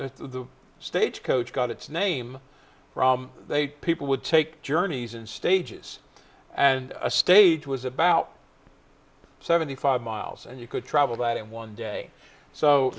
the stagecoach got its name they people would take journeys and stages and a stage was about seventy five miles and you could travel that in one day so